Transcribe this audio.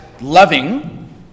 loving